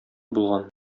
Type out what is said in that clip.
булган